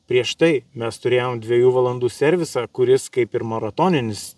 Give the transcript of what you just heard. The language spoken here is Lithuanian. prieš tai mes turėjom dviejų valandų servisą kuris kaip ir maratoninis